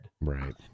Right